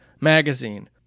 magazine